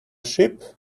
ship